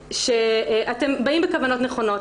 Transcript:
שאתם באים בכוונות נכונות,